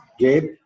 Gabe